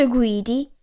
Greedy